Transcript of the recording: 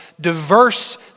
diverse